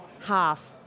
half